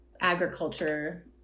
agriculture